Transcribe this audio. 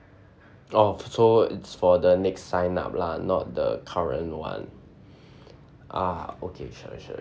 oh so it's for the next sign up lah not the current [one] ah okay sure sure sure